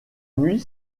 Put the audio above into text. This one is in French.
nuit